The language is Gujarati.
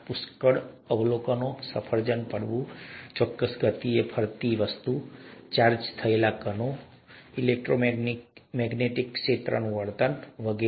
પુષ્કળ અવલોકનો સફરજનનું પડવું ચોક્કસ ગતિએ ફરતી વસ્તુ ચાર્જ થયેલા કણો અને ઇલેક્ટ્રોમેગ્નેટિક ક્ષેત્રોનું વર્તન વગેરે